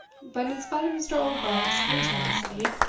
but, in spite of mr. oldbuck's pertinacity,